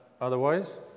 otherwise